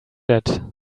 jet